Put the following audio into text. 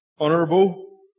Honourable